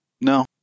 No